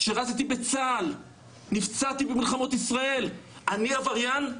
שירתי בצה"ל, נפצעתי במלחמות ישראל, אני עבריין?